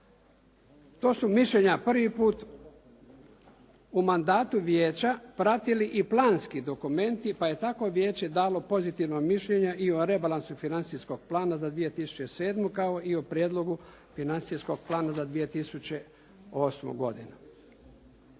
To su mišljenja prvi put u mandatu vijeća pratili i planski dokumenti pa je tako vijeće dalo pozitivno mišljenje i o rebalansu financijskog plana za 2007. kao i o prijedlogu financijskog plana za 2008. godinu.